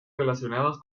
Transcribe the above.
relacionados